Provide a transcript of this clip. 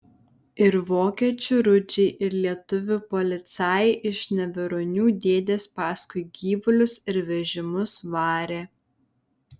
ir vokiečių rudžiai ir lietuvių policajai iš neveronių dėdės paskui gyvulius ir vežimus varė